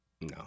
No